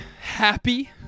happy